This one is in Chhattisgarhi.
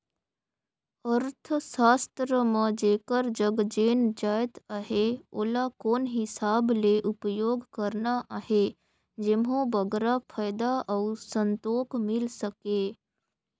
अर्थसास्त्र म जेकर जग जेन जाएत अहे ओला कोन हिसाब ले उपयोग करना अहे जेम्हो बगरा फयदा अउ संतोक मिल सके